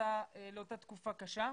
לאותה תקופה קשה.